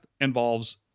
involves